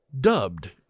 dubbed